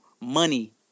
money